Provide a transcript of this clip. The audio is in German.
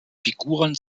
figuren